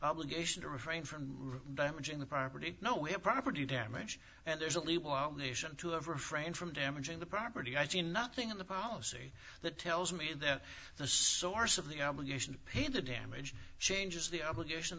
obligation to refrain from damaging the property no way a property damage and there's only one nation to have refrained from damaging the property i see nothing in the policy that tells me that the source of the obligation to pay the damage changes the obligation